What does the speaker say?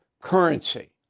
currency